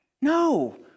No